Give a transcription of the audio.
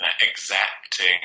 exacting